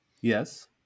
Yes